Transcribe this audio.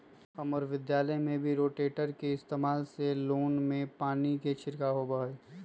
हम्मर विद्यालय में भी रोटेटर के इस्तेमाल से लोन में पानी के छिड़काव होबा हई